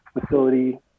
facility